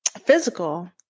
physical